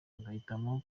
bagahitamo